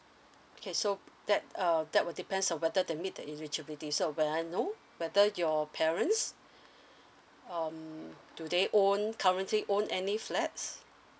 okay so that uh that would depends whether they meet the eligibility so may I know whether your parents um do they own currently own any flats